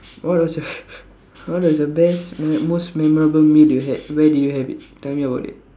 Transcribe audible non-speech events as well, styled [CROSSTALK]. what was your [LAUGHS] what was your best m~ most memorable meal you had where did you have it tell me about it